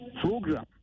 program